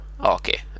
Okay